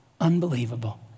Unbelievable